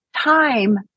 Time